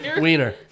Wiener